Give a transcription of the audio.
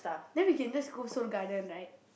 then we can just go Seoul-Garden right